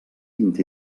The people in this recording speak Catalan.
vint